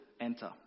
enter